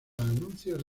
anuncios